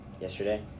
yesterday